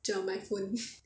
cher my phone